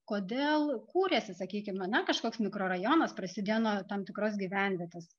kodėl kūrėsi sakykim na kažkoks mikrorajonas prasidėjo nuo tam tikros gyvenvietės